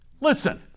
Listen